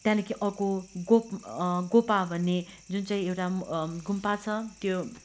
त्यहाँदेखि अर्को गोक गोपा भन्ने जुन चाहिँ एउटा गुम्बा छ त्यो